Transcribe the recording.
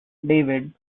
david